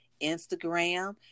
Instagram